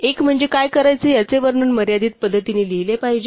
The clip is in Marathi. एक म्हणजे काय करायचे याचे वर्णन मर्यादित पद्धतीने लिहिले पाहिजे